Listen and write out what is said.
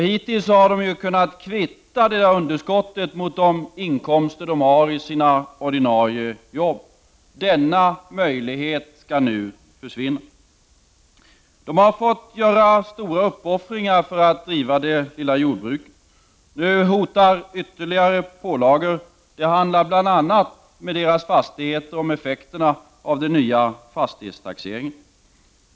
Hittills har de kunnat kvitta underskotten mot de inkomster som de har från sina ordinarie jobb. Denna möjlighet skall nu försvinna. De har fått göra stora uppoffringar för att driva det lilla jordbruket. Nu hotas de av ytterligare pålagor. Med tanke på deras fastigheter handlar det om effekterna av den nya fastighetstaxeringen.